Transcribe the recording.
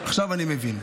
עכשיו אני מבין.